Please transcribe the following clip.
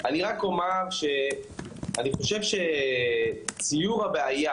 אני רק אומר שאני חושב שציור הבעיה